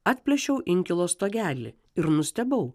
atplėšiau inkilo stogelį ir nustebau